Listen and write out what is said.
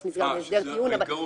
נושא ההתגרות,